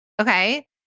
okay